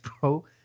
bro